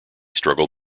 struggled